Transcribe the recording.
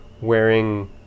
wearing